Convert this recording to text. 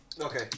Okay